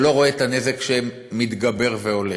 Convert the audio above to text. שלא רואה את הנזק שמתגבר והולך.